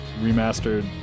remastered